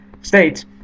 States